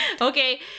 okay